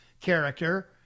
character